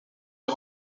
des